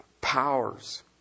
powers